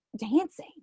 dancing